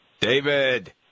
David